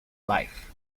life